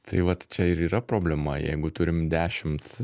tai vat čia ir yra problema jeigu turim dešimt